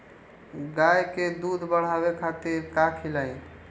गाय के दूध बढ़ावे खातिर का खियायिं?